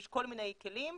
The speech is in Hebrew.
יש כל מיני כלים,